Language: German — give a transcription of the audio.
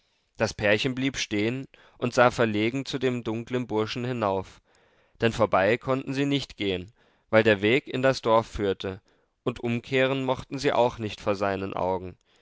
das pärchen blieb stehen und sah verlegen zu dem dunklen burschen hinauf denn vorbei konnten sie nicht gehen weil der weg in das dorf führte und umkehren mochten sie auch nicht vor seinen augen